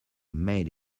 made